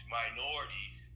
minorities